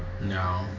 No